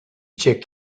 check